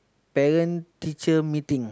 parent teacher meeting